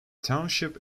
township